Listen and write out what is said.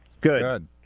Good